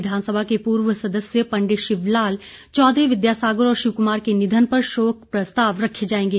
विधानसभा के पूर्व सदस्य पंडित शिव लाल चौधरी विद्या सागर और शिव कुमार के निधन पर शोक प्रस्ताव रखे जायेंगे